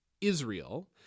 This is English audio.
Israel